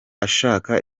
ashaka